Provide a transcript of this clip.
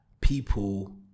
people